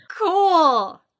Cool